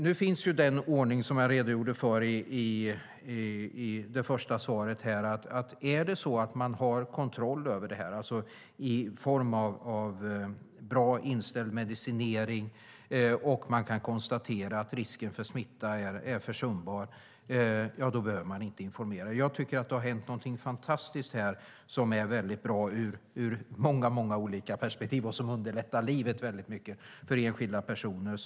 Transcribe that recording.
Nu finns den ordning som jag redogjorde för i svaret. Har man kontroll i form av bra inställd medicinering och risken för smitta är försumbar behöver man inte informera. Det har hänt någonting fantastiskt som är väldigt bra ur många olika perspektiv och som underlättar livet mycket för enskilda personer.